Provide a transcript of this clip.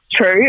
true